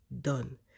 done